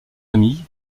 amis